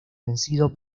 vencido